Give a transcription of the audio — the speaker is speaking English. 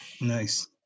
Nice